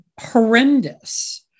horrendous